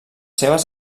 seves